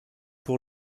pour